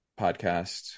podcast